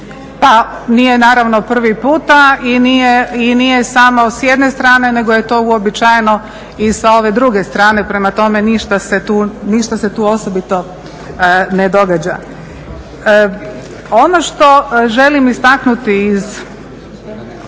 Nije naravno prvi puta i nije samo s jedne strane nego je to uobičajeno i sa ove druge strane, prema tome ništa se tu osobito ne događa. Ono što želim istaknuti iz